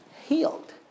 healed